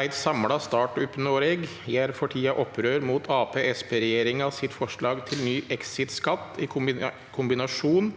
«Eit samla startup-Noreg gjer for tida opprør mot Ap/Sp-regjeringa sitt forslag til ny «exit-skatt» i kombina- sjon